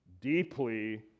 deeply